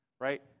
right